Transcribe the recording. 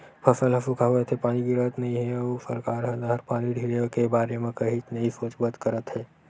फसल ह सुखावत हे, पानी गिरत नइ हे अउ सरकार ह नहर पानी ढिले के बारे म कहीच नइ सोचबच करत हे